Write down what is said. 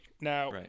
Now